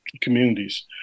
communities